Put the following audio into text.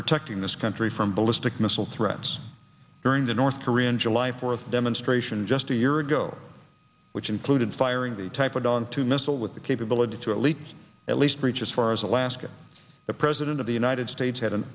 protecting this country from ballistic missile threats during the north korean july fourth demonstration just a year ago which included firing the type of bomb two missile with the capability to at leats at least reach as far as alaska the president of the united states had an